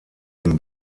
dem